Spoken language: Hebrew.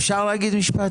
אפשר להגיד משפט?